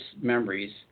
memories